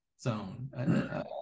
zone